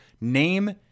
name